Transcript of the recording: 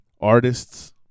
artists